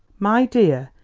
my dear!